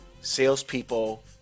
salespeople